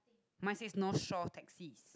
mine says no shore taxi